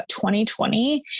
2020